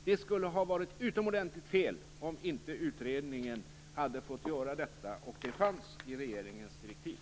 Det skulle ha varit utomordentligt felaktigt om utredningen inte hade fått göra detta, och det fanns i regeringens direktiv.